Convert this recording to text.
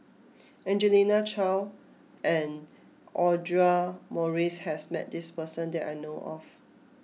Angelina Choy and Audra Morrice has met this person that I know of